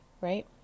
Right